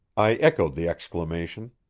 i echoed the exclamation.